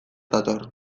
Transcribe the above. dator